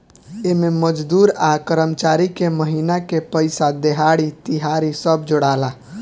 एमे मजदूर आ कर्मचारी के महिना के पइसा, देहाड़ी, तिहारी सब जोड़ाला